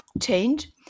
change